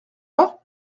pas